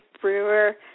Brewer